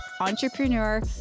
entrepreneur